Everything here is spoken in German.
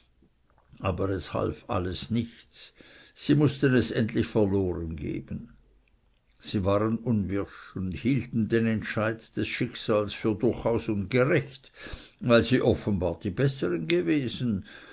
aber es half alles nichts sie mußten es endlich verloren geben sie waren unwirsch und hielten den entscheid des schicksals für durchaus ungerecht weil sie offenbar die bessern gewesen